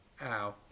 ow